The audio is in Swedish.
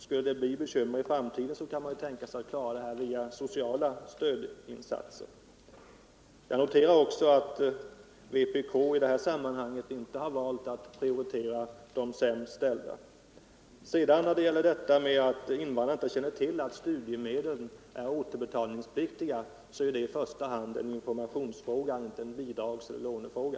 Skulle det uppstå bekymmer i framtiden kan man tänka sig att klara dessa via sociala stödinsatser. Jag noterar också att vpk i detta sammanhang inte har valt att prioritera de sämst ställda. Detta att invandrarna inte känner till att studiemedlen är återbetalningspliktiga är i första hand en informationsfråga och inte en bidragseller lånefråga.